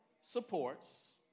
supports